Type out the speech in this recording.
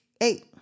eight